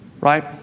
Right